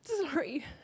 Sorry